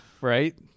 right